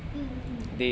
mm mm mm